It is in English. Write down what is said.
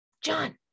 john